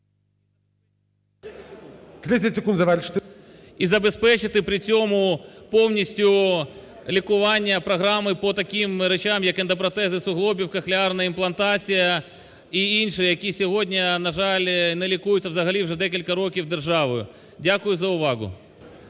І забезпечити при цьому повністю лікування програми по таким речам як ендопротези суглобів, кохлеарна імплантація і інші, які сьогодні, на жаль, не лікуються взагалі вже декілька років державою. Дякую за увагу.